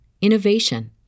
innovation